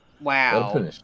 Wow